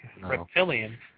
Reptilian